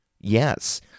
Yes